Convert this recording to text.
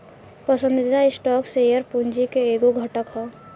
पसंदीदा stock share पूंजी के एगो घटक ह